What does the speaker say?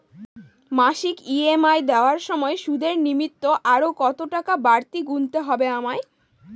মাসিক ই.এম.আই দেওয়ার সময়ে সুদের নিমিত্ত আরো কতটাকা বাড়তি গুণতে হবে আমায়?